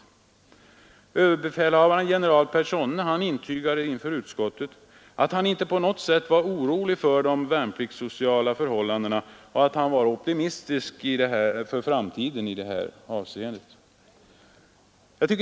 Militärbefälhavaren för övre Norrland general Personne intygade inför utskottet att han inte på något sätt var orolig för de värnpliktssociala förhållandena och att han var optimistisk för framtiden i detta avseende.